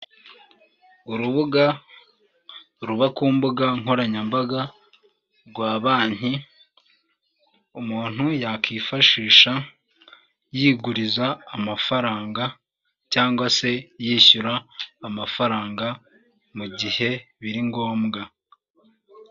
Urubuga ruba ku mbuga nkoranyambaga rwa banki umuntu yakwifashisha yiguriza amafaranga cyangwa se yishyura amafaranga mu gihe biri ngombwa.